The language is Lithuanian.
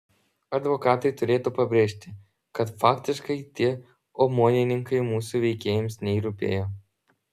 advokatai turėtų pabrėžti kad faktiškai tie omonininkai mūsų veikėjams nei rūpėjo